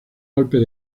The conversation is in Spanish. golpes